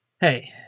Hey